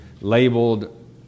Labeled